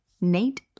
Nate